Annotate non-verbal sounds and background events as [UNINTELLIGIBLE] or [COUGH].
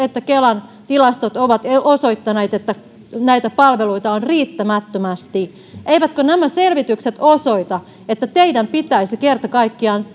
[UNINTELLIGIBLE] että kelan tilastot ovat osoittaneet että näitä palveluita on riittämättömästi eivätkö nämä selvitykset osoita että teidän pitäisi kerta kaikkiaan [UNINTELLIGIBLE]